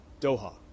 Doha